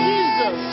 Jesus